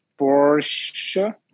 Porsche